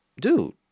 dude